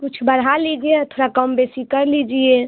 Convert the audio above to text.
कुछ बढ़ा लीजिए या थोड़ा कम बेसी कर लीजिए